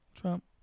Trump